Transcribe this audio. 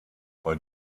bei